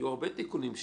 יהיו הרבה תיקונים.